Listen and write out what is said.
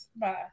Bye